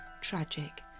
tragic